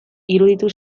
iruditu